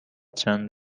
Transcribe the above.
چند